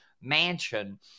mansion